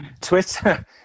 Twitter